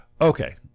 okay